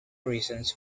reasons